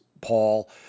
Paul